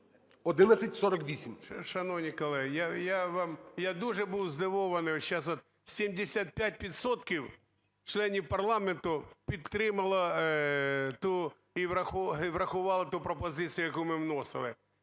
В.І. Шановні колеги, я дуже був здивований, зараз от 75 відсотків членів парламенту підтримало і врахувало ту пропозицію, яку ми вносили.